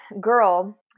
girl